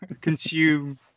Consume